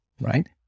right